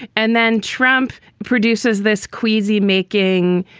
and then trump produces this queasy making,